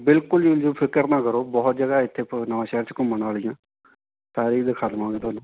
ਬਿਲਕੁੱਲ ਜੀ ਫਿਕਰ ਨਾ ਕਰੋ ਬਹੁਤ ਜਗ੍ਹਾ ਹੈ ਇੱਥੇ ਨਵਾਂ ਸ਼ਹਿਰ 'ਚ ਘੁੰਮਣ ਵਾਲੀਆ ਸਾਰੀਆਂ ਦਿਖਾ ਦਵਾਂਗਾ ਤੁਹਾਨੂੰ